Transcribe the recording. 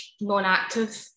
non-active